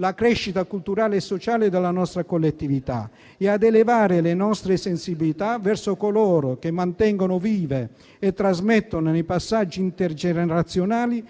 la crescita culturale e sociale della nostra collettività e ad elevare le nostre sensibilità verso coloro che mantengono vive e trasmettono nei passaggi intergenerazionali